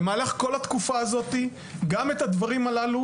במהלך כל התקופה הזאת גם את הדברים האלה